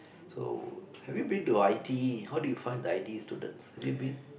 so have you been to I_T_E how do you find the I_T_E students have you been